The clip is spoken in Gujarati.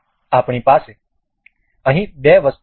આપણી પાસે અહીં બે વસ્તુઓ છે